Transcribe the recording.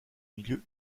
milieu